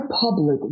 public